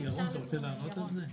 שאלתי: ירון, אתה רוצה לענות על זה?